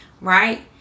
Right